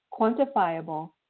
quantifiable